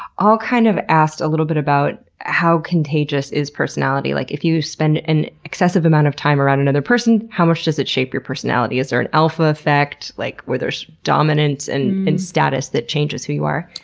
all kind of asked a little bit about how contagious is personality? like, if you spend an excessive amount of time around another another person, how much does it shape your personality? is there an alpha effect, like, where there's dominance and and status that changes who you are?